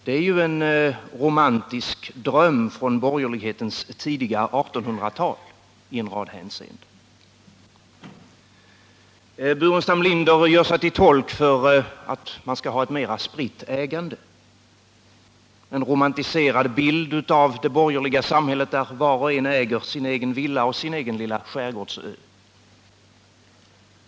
Det är ju en romantisk dröm från borgerlighetens tidiga 1800-tal i en rad hänseenden. Staffan Burenstam Linder gör sig till tolk för uppfattningen att man skall ha ett mera spritt ägande — en romantiserad bild av det borgerliga samhället där var och en äger sin villa och sin egen lilla skärgårdsö.